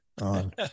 on